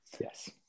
yes